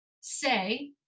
say